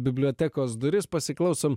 bibliotekos duris pasiklausom